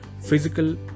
physical